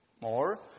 more